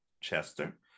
chester